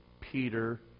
Peter